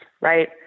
right